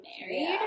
married